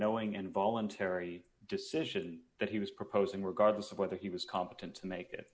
knowing and voluntary decision that he was proposing regardless of whether he was competent to make it